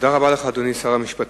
תודה רבה לך, אדוני שר המשפטים.